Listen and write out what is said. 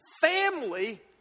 family